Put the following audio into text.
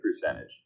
percentage